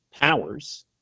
powers